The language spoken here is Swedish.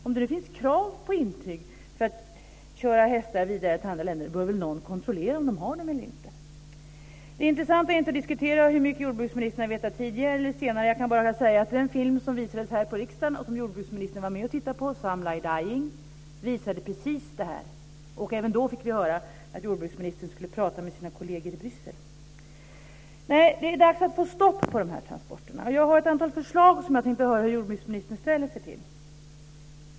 Om det nu finns krav på intyg för att köra hästar vidare till andra länder bör väl någon kontrollera om de har dem eller inte. Det intressanta är inte att diskutera hur mycket jordbruksministern har vetat tidigare eller senare. Den film som visades här i riksdagen och som jordbruksministern var med och tittade på, Some Lie Dying, visade precis detta. Även då fick vi höra att jordbruksministern skulle tala med sina kolleger i Bryssel. Det är dags att få stopp på transporterna. Jag har ett antal förslag som jag tänkte höra hur jordbruksministern ställer sig till.